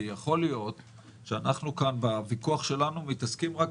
כי יכול להיות שאנחנו כאן בוויכוח שלנו מתעסקים רק